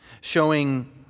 showing